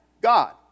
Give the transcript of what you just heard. God